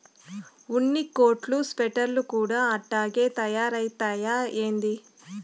ఉన్ని కోట్లు స్వెటర్లు కూడా అట్టాగే తయారైతయ్యా ఏంది